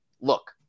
Look